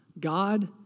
God